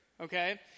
okay